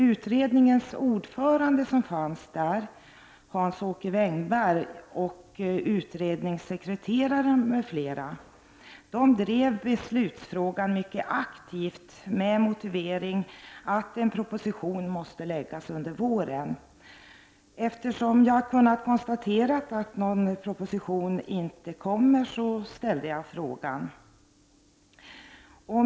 Utredningens ordförande Hans-Åke Wängberg, utredningssekreteraren m.fl. drev beslutsfrågan mycket aktivt med motivering att en proposition måste läggas fram under våren. Eftersom jag har kunnat konstatera att någon proposition inte kommer ställde jag frågan.